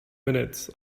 minutes